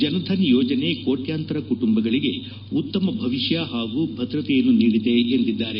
ಜನ್ಧನ್ ಯೋಜನೆ ಕೋಟ್ಯಾಂತರ ಕುಟುಂಬಗಳಿಗೆ ಉತ್ತಮ ಭವಿಷ್ಯ ಹಾಗೂ ಭದ್ರತೆಯನ್ನು ನೀಡಿದೆ ಎಂದಿದ್ದಾರೆ